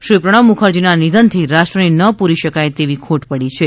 શ્રી પ્રણવ મુખર્જીના નિધનથી રાષ્ટ્રને ન પૂરી શકાય તેવી ખોટ પડી છે